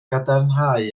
gadarnhau